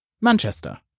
Manchester